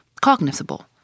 cognizable